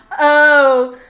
oh,